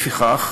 לפיכך,